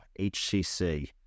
HCC